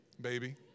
baby